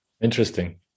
Interesting